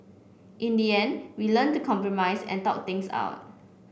in the end we learnt to compromise and talk things out